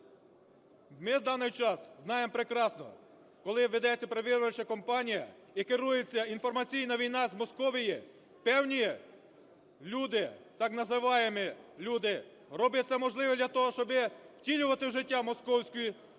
Ми в даний час знаємо прекрасно, коли ведеться передвиборча кампанія і керується інформаційна війна з Московії, певні люди, так називаємі люди, роблять все можливе для того, щоби втілювати в життя московську пропаганду.